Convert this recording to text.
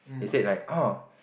he said like oh